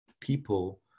people